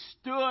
stood